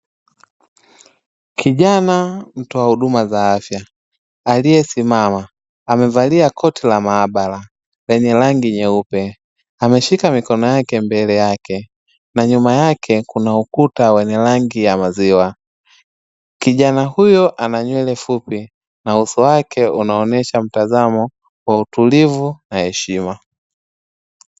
Kijana mtoa huduma za afya aliyesimama amevalia koti la maabara lenye rangi nyeupe ameshika mikono yake mbele yake na nyuma yake kuna ukuta wenye rangi ya maziwa, kijana huyo ana nywele fupi na uso wake unaonyesha mtazamo wa utulivu na heshima.